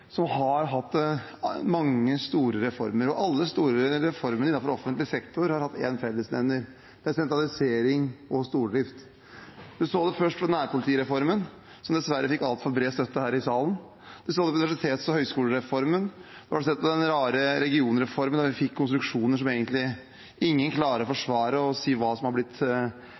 som har gjennomført mange store reformer, og alle store reformer innenfor offentlig sektor har hatt én fellesnevner. Det er sentralisering og stordrift. Vi så det først med nærpolitireformen, som dessverre fikk altfor bred støtte her i salen. Vi så det med universitets- og høyskolereformen. Vi så det med den rare regionreformen hvor vi fikk konstruksjoner som egentlig ingen klarer å forsvare – eller si hva som har blitt